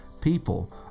people